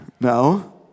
no